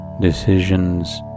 decisions